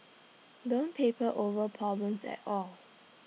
don't paper over problems at all